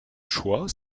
choix